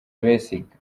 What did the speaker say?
besigye